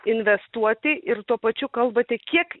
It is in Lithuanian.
investuoti ir tuo pačiu kalbate kiek